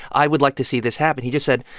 i would like to see this happen. he just said,